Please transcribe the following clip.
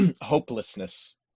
hopelessness